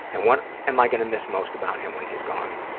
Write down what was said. and what am i going to miss most about him when he's gone?